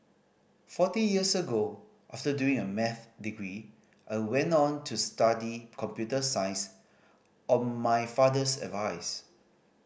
forty years ago after doing a maths degree I went on to study computer science on my father's advice